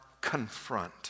confront